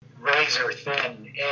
razor-thin